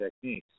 techniques